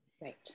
Right